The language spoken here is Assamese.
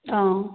অঁ